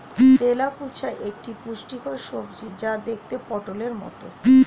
তেলাকুচা একটি পুষ্টিকর সবজি যা দেখতে পটোলের মতো